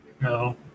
No